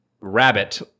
rabbit